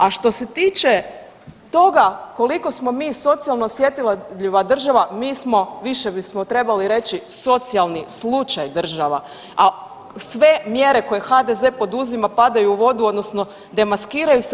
A što se tiče toga koliko smo mi socijalno osjetljiva država mi smo više bismo trebali reći socijalni slučaj država, a sve mjere koje HDZ poduzima padaju u vodu odnosno demaskiraju se.